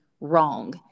wrong